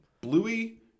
Bluey